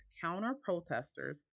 counter-protesters